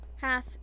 half